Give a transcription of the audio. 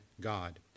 God